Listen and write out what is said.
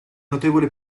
notevole